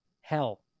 Hell